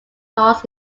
laws